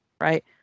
right